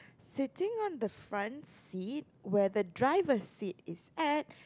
sitting on the front seat where the driver seat is at